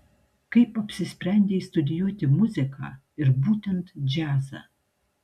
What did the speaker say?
kaip apsisprendei studijuoti muziką ir būtent džiazą